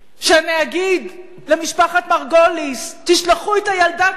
שנגיד למשפחת מרגוליס: תשלחו את הילדה ככה,